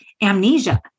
amnesia